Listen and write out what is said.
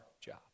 job